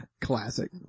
Classic